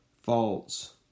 false